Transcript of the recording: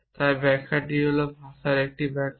তাই ব্যাখ্যাটি হল ভাষার একটি ব্যাখ্যা